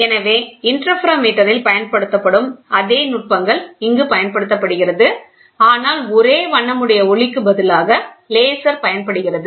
எனவே இன்டர்ஃபெரோமெட்ரி இல் பயன்படுத்தப்படும் அதே நுட்பங்கள் இங்கு பயன்படுத்தப்படுகிறது ஆனால் ஒரே வண்ணமுடைய ஒளிக்கு பதிலாக லேசர் பயன்படுகிறது